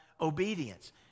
obedience